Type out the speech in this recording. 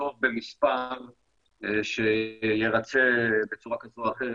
אנקוב במספר שירצה בצורה כזו או אחרת,